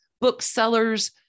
booksellers